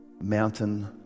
mountain